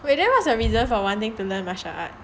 then what's your reason for wanting to learn martial art